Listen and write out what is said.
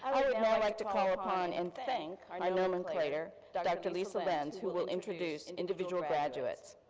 like to call upon and thank by nomenclature, dr. lisa lenze who will introduce and individual graduates.